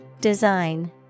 Design